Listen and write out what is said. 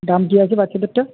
দাম কী আছে বাচ্চাদেরটা